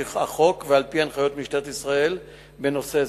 פועל על-פי החוק ועל-פי הנחיות משטרת ישראל בנושא זה,